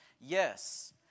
Yes